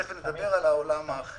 תיכף נדבר על העולם האחר.